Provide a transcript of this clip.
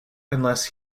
unless